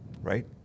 right